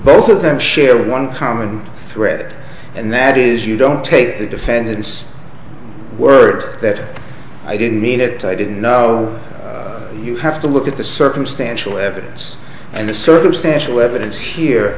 both of them share one common thread and that is you don't take the defendant's word that i didn't mean it i didn't know you have to look at the circumstantial evidence and the circumstantial evidence here